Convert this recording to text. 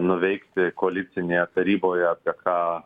nuveikti koalicinėje taryboje apie ką